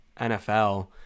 NFL